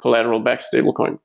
collateral-backed stablecoin